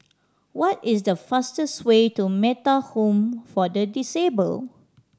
what is the fastest way to Metta Home for the Disabled